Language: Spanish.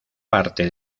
parte